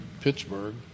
Pittsburgh